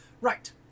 Right